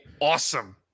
awesome